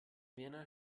werner